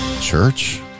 church